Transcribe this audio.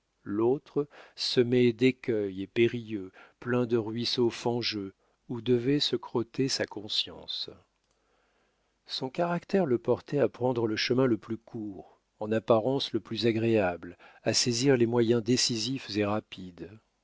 l'autre semé d'écueils et périlleux plein de ruisseaux fangeux où devait se crotter sa conscience son caractère le portait à prendre le chemin le plus court en apparence le plus agréable à saisir les moyens décisifs et rapides